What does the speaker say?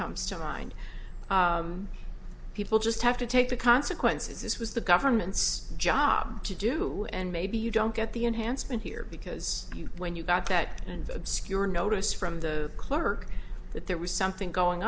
comes to mind people just have to take the consequences this was the government's job to do and maybe you don't get the enhancement here because you when you got that and obscure notice from the clerk that there was something going